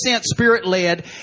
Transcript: Spirit-led